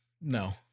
no